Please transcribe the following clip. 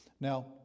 Now